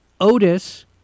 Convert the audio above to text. Otis